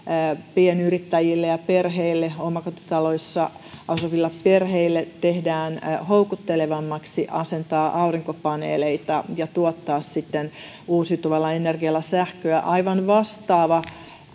pienyrittäjille ja omakotitaloissa asuville perheille tehdään houkuttelevammaksi asentaa aurinkopaneeleita ja tuottaa siten uusiutuvalla energialla sähköä aivan vastaava